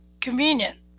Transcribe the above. Convenient